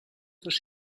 dos